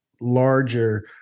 larger